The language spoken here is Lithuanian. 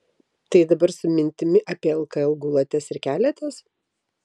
tai dabar su mintimi apie lkl gulatės ir keliatės